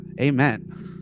amen